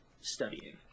studying